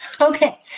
Okay